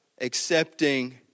accepting